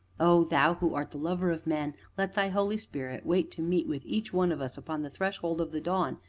oh! thou who art the lover of men, let thy holy spirit wait to meet with each one of us upon the threshold of the dawn,